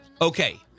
Okay